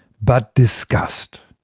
but disgust.